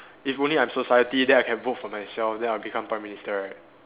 if only I'm society then I can vote for myself then I'll become prime minister right